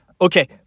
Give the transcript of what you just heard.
Okay